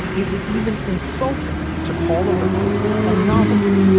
is it even insulting to call a record a novelty?